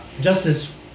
justice